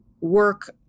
work